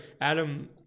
Adam